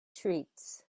treats